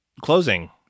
closing